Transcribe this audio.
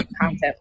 content